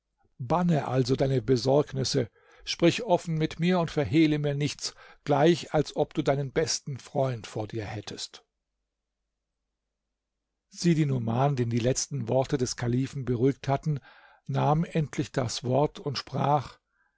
banne also deine besorgnisse sprich offen mit mir und verhehle mir nichts gleich als ob du deinen besten freund vor dir hättest sidi numan den die letzten worte des kalifen beruhigt hatten nahm endlich das wort und sprach